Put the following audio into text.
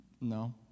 No